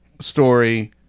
story